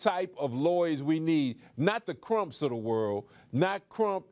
type of lawyers we need not the crime sort of world not crop